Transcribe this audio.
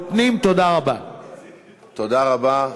מדובר פה,